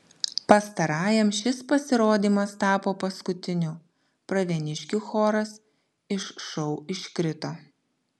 pastarajam šis pasirodymas tapo paskutiniu pravieniškių choras iš šou iškrito